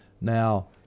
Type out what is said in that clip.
Now